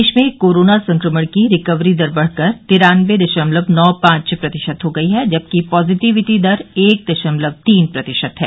प्रदेश में कोरोना संक्रमण की रिकवरी दर बढ़कर तिरान्नबे दशमलव नौ पांच प्रतिशत है जबकि पॉजिटिविटी दर एक दशमलव तीन प्रतिशत है